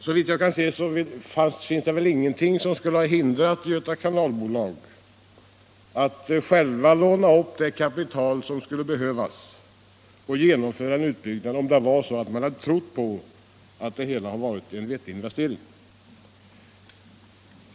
Såvitt jag kan se hade väl inget kunnat hindra bolaget att självt låna upp det kapital som behövdes för att genomföra en utbyggnad, om man hade ansett att det varit en vettig investering.